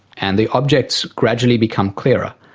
and the objects gradually become clearer,